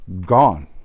gone